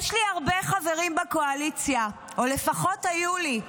יש לי הרבה חברים בקואליציה, או לפחות היו לי,